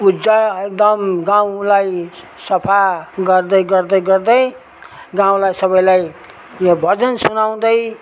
उज्जा एकदम गाउँलाई सफा गर्दै गर्दै गर्दै गाउँलाई सबैलाई यो भजन सुनाउँदै